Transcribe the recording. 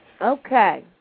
Okay